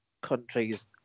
countries